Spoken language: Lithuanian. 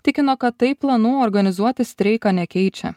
tikino kad tai planų organizuoti streiką nekeičia